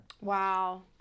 Wow